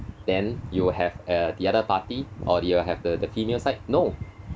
then you have uh the other party or did you have the the female side no